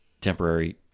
temporary